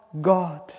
God